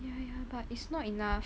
ya ya but it's not enough